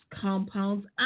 compounds